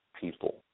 people